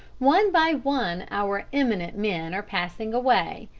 one by one our eminent men are passing away.